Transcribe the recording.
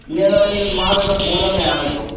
ईअं न वरी मां वेठो फ़ोनु कयां वेठो